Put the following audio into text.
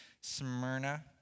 Smyrna